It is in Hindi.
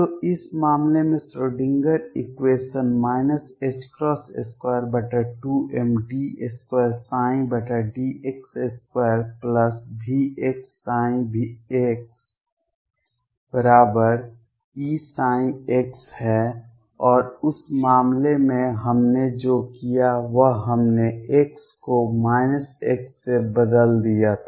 तो इस मामले में Schrödinger equation Schrödinger equation 22md2dx2VxxEψx है और उस मामले में हमने जो किया वह हमने x को x से बदल दिया था